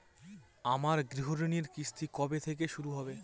আমার গৃহঋণের কিস্তি কবে থেকে শুরু হবে?